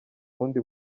ubundi